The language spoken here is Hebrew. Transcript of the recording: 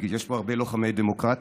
כי יש פה הרבה לוחמי דמוקרטיה,